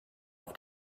auf